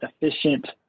efficient